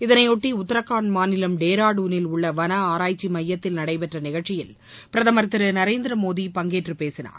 இதனைபொட்டி உத்ரகாண்ட் மாநிலம் டேராடுளில் உள்ள வன ஆராய்ச்சி மையத்தில் நடைபெற்ற நிகழ்ச்சியில் பிரதமர் திரு நரேந்திரமோடி பங்கேற்று பேசினார்